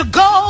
go